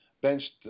benched